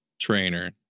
Trainer